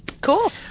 Cool